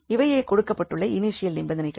இவையே கொடுக்கப்பட்டுள்ள இனிஷியல் நிபந்தனைகள்